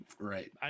Right